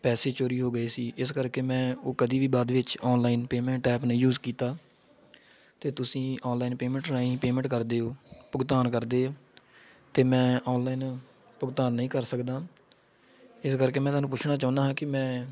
ਪੈਸੇ ਚੋਰੀ ਹੋ ਗਏ ਸੀ ਇਸ ਕਰਕੇ ਮੈਂ ਉਹ ਕਦੀ ਵੀ ਬਾਅਦ ਵਿੱਚ ਔਨਲਾਈਨ ਪੇਮੈਂਟ ਐਪ ਨਹੀ ਯੂਜ ਕੀਤਾ ਅਤੇ ਤੁਸੀਂ ਔਨਲਾਈਨ ਪੇਮੈਂਟ ਰਾਹੀਂ ਪੇਮੈਂਟ ਕਰਦੇ ਹੋ ਭੁਗਤਾਨ ਕਰਦੇ ਆ ਅਤੇ ਮੈਂ ਔਨਲਾਈਨ ਭੁਗਤਾਨ ਨਹੀਂ ਕਰ ਸਕਦਾ ਇਸ ਕਰਕੇ ਮੈਂ ਤੁਹਾਨੂੰ ਪੁੱਛਣਾ ਚਾਹੁੰਦਾ ਹਾਂ ਕਿ ਮੈਂ